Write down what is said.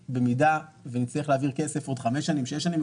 במידה שנצטרך להעביר כסף בעוד חמש או שש שנים אנחנו